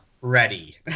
ready